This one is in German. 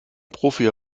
profi